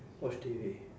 watch T_V